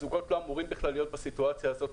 הזוגות לא אמורים להיות בכלל בסיטואציה הזו.